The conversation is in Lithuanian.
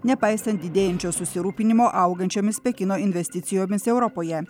nepaisant didėjančio susirūpinimo augančiomis pekino investicijomis europoje